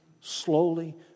slowly